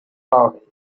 army